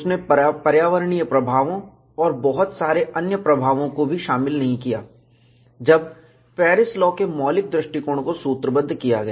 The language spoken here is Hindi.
उसने पर्यावरणीय प्रभावों और बहुत सारे अन्य प्रभावों को भी शामिल नहीं किया जब पेरिस लॉ के मौलिक दृष्टिकोण को सूत्रबद्ध किया गया